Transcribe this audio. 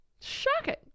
Shocking